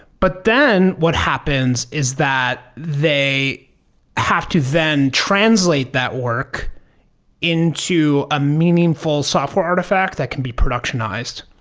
but then what happens is that they have to then translate that work into a meaningful software artifact that can be productionized,